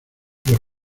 los